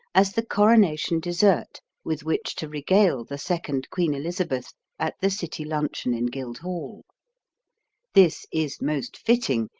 as the coronation dessert with which to regale the second queen elizabeth at the city luncheon in guildhall this is most fitting,